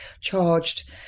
charged